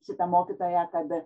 šita mokytoja kad